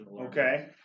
Okay